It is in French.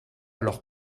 alors